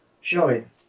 showing